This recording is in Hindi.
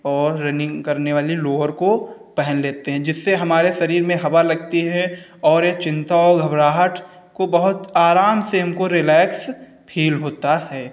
और रनिंग करने वाले लोअर को पहन लेते हैं जिससे हमारे शरीर में हवा लगती है और ये चिंता और घबराहट को बहुत आराम से हमको रिलैक्स फ़ील होता है